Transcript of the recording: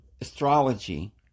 astrology